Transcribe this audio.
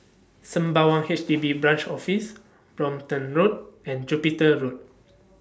Sembawang H D B Branch Office Brompton Road and Jupiter Road